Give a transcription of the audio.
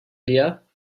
idea